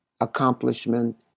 accomplishment